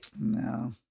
No